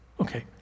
Okay